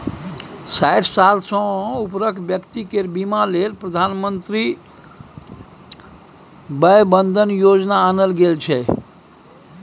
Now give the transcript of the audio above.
साठि साल सँ उपरक बेकती केर बीमा लेल प्रधानमंत्री बय बंदन योजना आनल गेल छै